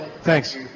Thanks